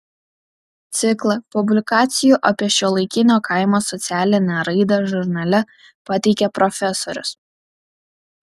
ciklą publikacijų apie šiuolaikinio kaimo socialinę raidą žurnale pateikė profesorius